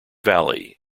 valley